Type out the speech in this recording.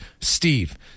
Steve